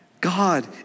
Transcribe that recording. God